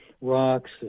rocks